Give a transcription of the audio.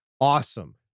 awesome